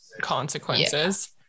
consequences